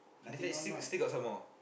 that's why still still got some more